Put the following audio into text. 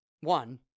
One